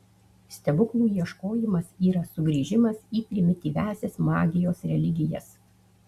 stebuklų ieškojimas yra sugrįžimas į primityviąsias magijos religijas